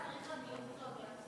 כנסת נכבדה,